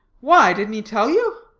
why, didn't he tell you?